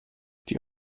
die